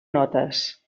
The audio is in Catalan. notes